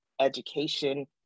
education